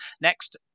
next